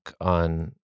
on